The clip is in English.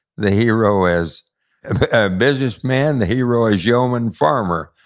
the hero is a business man, the hero is yeoman farmer,